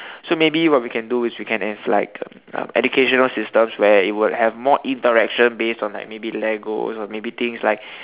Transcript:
so maybe what we can do is we can have like educational systems where it would have more interaction based on like maybe Legos or maybe things like